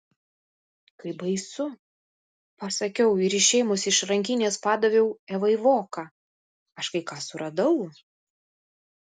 kaip baisu pasakiau ir išėmusi iš rankinės padaviau evai voką aš kai ką suradau